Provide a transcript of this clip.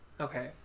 Okay